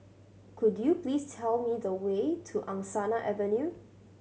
could you please tell me the way to Angsana Avenue